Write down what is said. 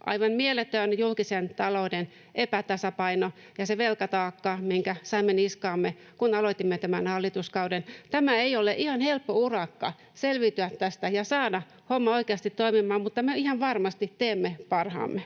aivan mieletön julkisen talouden epätasapaino ja se velkataakka, minkä saimme niskaamme, kun aloitimme tämän hallituskauden. Ei ole ihan helppo urakka selviytyä tästä ja saada homma oikeasti toimimaan, mutta me ihan varmasti teemme parhaamme.